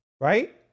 right